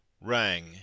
rang